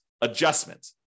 adjustment